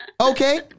Okay